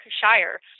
Shire